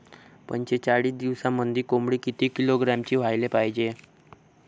पंचेचाळीस दिवसामंदी कोंबडी किती किलोग्रॅमची व्हायले पाहीजे?